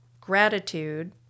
gratitude